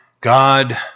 God